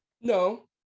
no